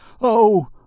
Oh